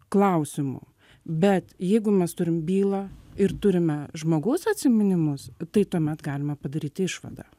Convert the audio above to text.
klausimų bet jeigu mes turim bylą ir turime žmogaus atsiminimus tai tuomet galima padaryti išvadą